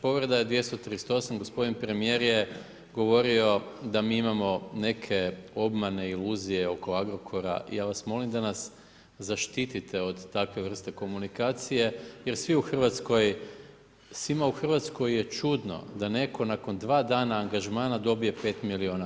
Povreda je 238. gospodin premjer je govorio da mi imamo neke obmane i iluzije oko Agrokora i ja vas molim da nas zaštite od takve vrste komunikacije, jer svi u Hrvatskoj, svima u Hrvatskoj je čudno, da netko nakon 2 dana angažmana dobije 5 milijuna.